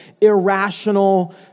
irrational